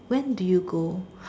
when do you go